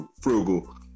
frugal